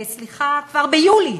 שכבר ביולי